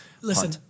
Listen